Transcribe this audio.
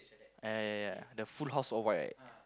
eh ya ya ya the foot house all white